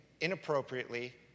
inappropriately